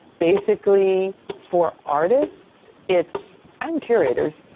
basically, for artists, it's and curators,